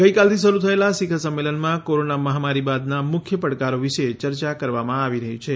ગઈકાલથી શરૂ થયેલાં શિખર સંમેલનમાં કોરોના માહમારી બાદના મુખ્ય પડકારો વિશે ચર્ચા કરવામાં આવી રહી છે